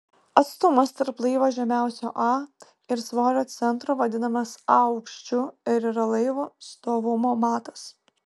atstumas tarp laivo žemiausio a ir svorio centro vadinamas a aukščiu ir yra laivo stovumo matas